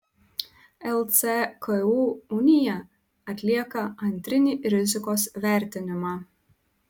lcku unija atlieka antrinį rizikos vertinimą